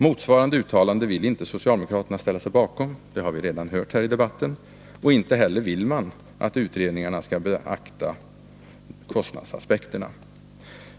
Motsvarande uttalande vill inte socialdemokraterna ställa sig bakom — det har vi redan hört här i debatten. Inte hellar vill man att utredningarna skall beakta kostnadsaspekterna.